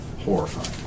horrifying